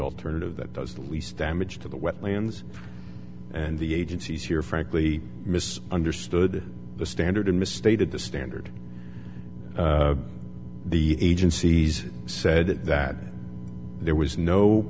alternative that does least damage to the wetlands and the agencies here frankly miss understood the standard and misstated the standard the agency's said that there was no